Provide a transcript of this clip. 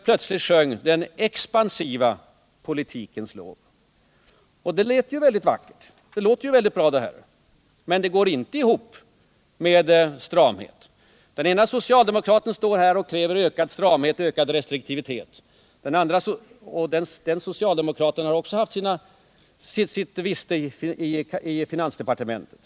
— plötsligt sjöng den expansiva politikens lov. Det låter ju väldigt fint, men det går inte ihop med stramhet. Den ene socialdemokraten står här och kräver ökad stramhet och ökad restriktivitet, och den so cialdemokraten har också haft sitt viste i finansdepartementet.